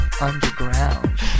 underground